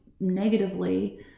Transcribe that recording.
negatively